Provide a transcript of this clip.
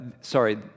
sorry